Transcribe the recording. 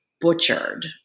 butchered